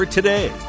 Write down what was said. Today